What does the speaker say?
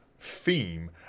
theme